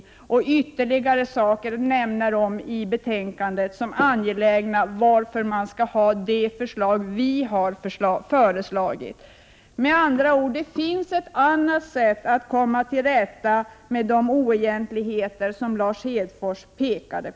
Utredningen nämner i betänkandet ytterligare orsaker till att det är angeläget att genomföra de förslag som vi sedan framlagt. Det finns med andra ord ett annat sätt att komma till rätta med de oegentligheter som Lars Hedfors påtalade.